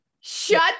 Shut